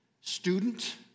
student